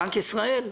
בנק ישראל.